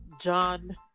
John